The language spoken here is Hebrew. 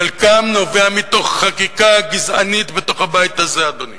חלקם נובע מחקיקה גזענית בתוך הבית הזה, אדוני,